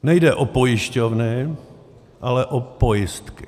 Nejde o pojišťovny, ale o pojistky.